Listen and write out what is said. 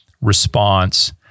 response